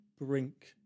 brink